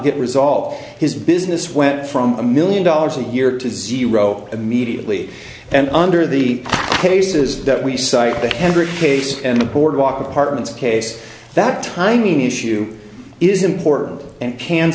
get resolved his business went from a million dollars a year to zero immediately and under the cases that we cite the hendrick case and the boardwalk apartments case that timing issue is important and can